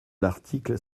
l’article